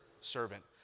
Servant